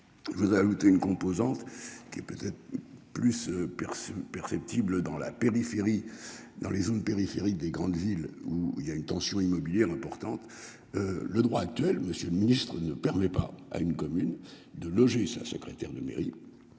Je voudrais ajouter une composante qui est peut-être. Plus perçu perceptible dans la périphérie dans les zones périphériques des grandes villes où il y a une tension immobilière importante. Le droit actuel, Monsieur le Ministre ne permet pas à une commune de loger sa secrétaire de mairie.